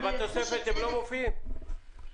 הן לא מופיעות בתוספת?